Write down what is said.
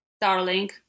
darling